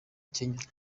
kenya